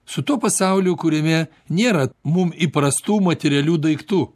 su tuo pasauliu kuriame nėra mum įprastų materialių daiktų